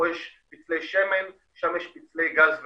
פה יש פצלי שמן, שם יש פצלי גז ונפט.